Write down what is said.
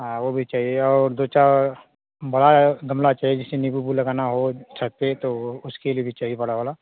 हाँ वो भी चाहिए और दो चार बड़ा गमला चाहिए जैसे नींबू ईबू लगाना हो छत पर तो उसके लिए भी चाहिए बड़ा वाला